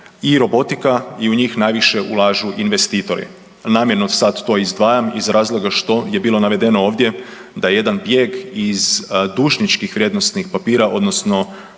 i robotika i u njih najviše ulažu investitori. Namjerno sad to izdvajam iz razloga što je bilo navedeno ovdje da jedan bijeg iz dužničkih vrijednosnih papira odnosno